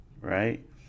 right